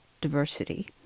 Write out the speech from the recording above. diversity